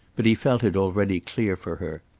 but he felt it already clear for her.